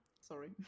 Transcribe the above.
Sorry